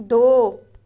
ਦੋ